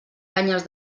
canyes